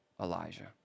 Elijah